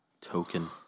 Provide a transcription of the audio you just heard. Token